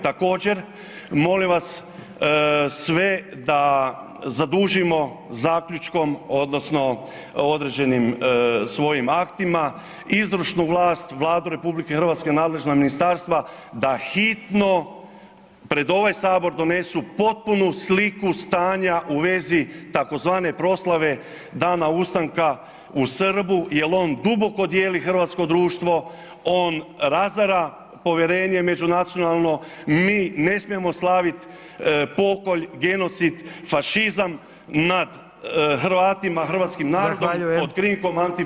Također molim vas sve da zadužimo zaključkom odnosno određenim svojim aktima izvršnu vlast, Vladu RH nadležna ministarstva da hitno pred ovaj sabor donesu potpunu sliku stanja u veli tzv. proslave Dana ustanka u Srbu jer on duboko dijeli hrvatsko društvo, on razara povjerenje međunacionalno, mi ne smijemo slaviti pokolj, genocid, fašizam nad Hrvatima, hrvatskim narodom pod [[Upadica: Zahvaljujem.]] krinkom antifašizma.